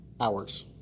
hours